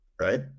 Right